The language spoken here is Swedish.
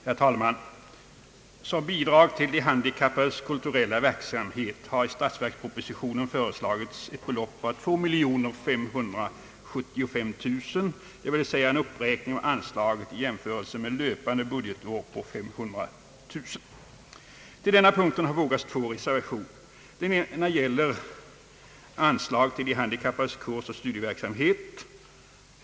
Herr talman! Som bidrag till de handikappades kulturella verksamhet har i statsverkspropositionen föreslagits ett anslag av 2575 000 kronor, dvs. en uppräkning av anslaget — i förhållande till vad som utgår under löpande budgetår — på omkring 500 000 kronor. Till denna punkt har fogats två reservationer. Den ena gäller anslag till de handikappades kursoch studieverksamhet.